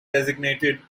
designated